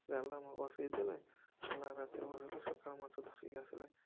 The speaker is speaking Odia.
ଜାଲ ବସେଇ ଥିବେ ଗଲା ରାତିରେ ବସଇଲେ ସକାଳୁ ମାଛ ଧରି ଆସିଲେ